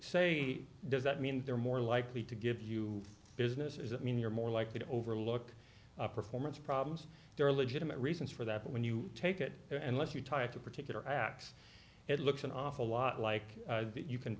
say does that mean they're more likely to give you business is it mean you're more likely to overlook performance problems there are legitimate reasons for that but when you take it unless you tie it to particular acts it looks an awful lot like you can